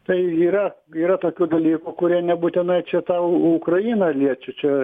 tai yra yra tokių dalykų kurie nebūtinai čia tą ukrainą liečia čia